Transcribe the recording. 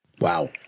Wow